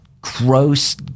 gross